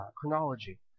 chronology